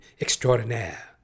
extraordinaire